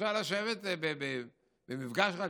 אפשר לשבת במפגש אחד,